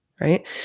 right